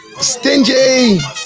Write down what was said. stingy